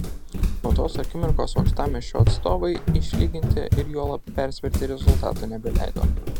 nuo tos akimirkos uostamiesčio atstovai išlyginti ir juolab persverti rezultato nebeleido